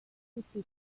tutti